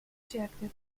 rejected